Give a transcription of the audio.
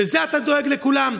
בזה אתה דואג לכולם?